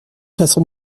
façon